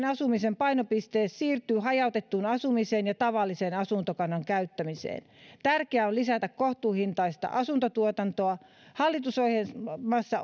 asumisen painopiste siirtyy hajautettuun asumiseen ja tavallisen asuntokannan käyttämiseen tärkeää on lisätä kohtuuhintaista asuntotuotantoa hallitusohjelmassa